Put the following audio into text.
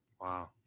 Wow